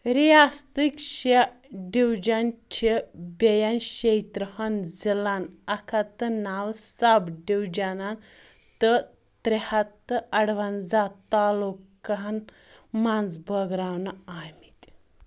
ریاستٕکۍ شیٚے ڈیٚوجن چھِ بیٚین شیٚیہِ ترٕٛہ ہن ضِلعن اکھ ہَتھ تہٕ نوَ سب ڈیٚوجنن تہٕ ترٛےٚ ہَتھ تہٕ اَروَنٛزہ تالوٗقہن منٛز بٲگراونہٕ آمٕتۍ